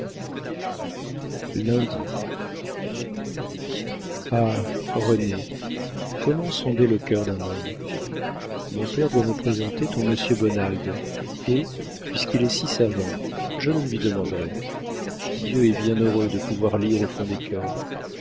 sûreté lundi ah renée comment sonder le cœur d'un homme mon père doit me présenter ton monsieur bonald et puisqu'il est si savant je le lui demanderai dieu est bien heureux de pouvoir lire au fond des cœurs